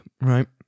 right